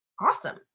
awesome